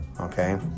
okay